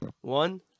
One